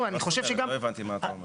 אני אבקש לתת כבוד ליועצים משפטיים.